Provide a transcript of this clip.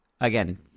again